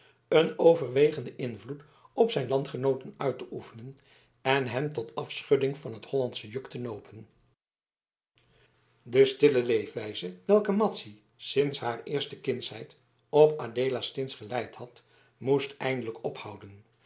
een overwegenden invloed op zijn landgenooten uit te oefenen en hen tot afschudding van het hollandsche juk te nopen de stille leefwijze welke madzy sinds haar eerste kindsheid op adeelastins geleid had moest eindelijk ophouden